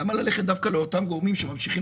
למה ללכת דווקא לאותם גורמים שממשיכים